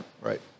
Right